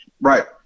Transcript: Right